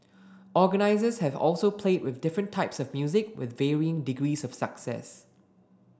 organisers have also played with different types of music with varying degrees of success